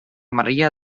maria